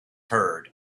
herd